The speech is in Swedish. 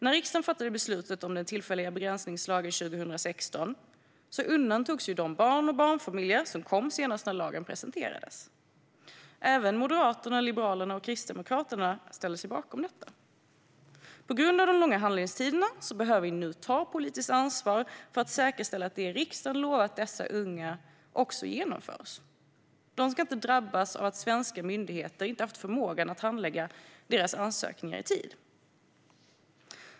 När riksdagen fattade beslutet om den tillfälliga begränsningslagen 2016 undantogs de barn och barnfamiljer som kom senast när lagen presenterades. Även Moderaterna, Liberalerna och Kristdemokraterna ställde sig bakom detta. På grund av de långa handläggningstiderna behöver vi nu ta politiskt ansvar för att säkerställa att det riksdagen lovat dessa unga också genomförs. De ska inte drabbas av att svenska myndigheter inte haft förmågan att handlägga deras ansökningar i tid.